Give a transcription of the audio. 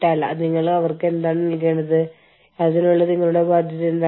ഒത്തുചേരാനും പ്രവർത്തിക്കാനും അവർക്ക് ഒരു വഴി കണ്ടെത്താനാകും